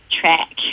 track